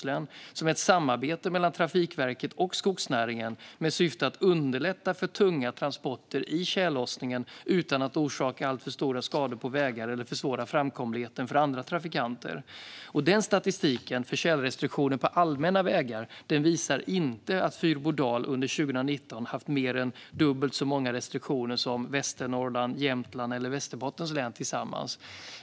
Det är ett samarbete mellan Trafikverket och skogsnäringen i syfte att underlätta för tunga transporter under tjällossning utan att orsaka alltför stora skador på vägar eller försvåra framkomligheten för andra trafikanter. Enligt statistiken för tjälrestriktioner på allmänna vägar har Fyrbodal under 2019 inte haft mer än dubbelt så många restriktioner som Västernorrlands, Jämtlands och Västerbottens län tillsammans.